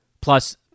Plus